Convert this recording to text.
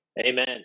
Amen